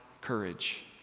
courage